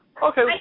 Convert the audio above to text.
Okay